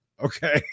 Okay